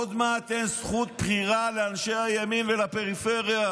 עוד מעט אין זכות בחירה לאנשי הימין ולפריפריה.